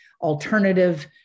alternative